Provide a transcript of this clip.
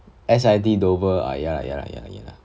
S_I_T dover ah ya lah ya lah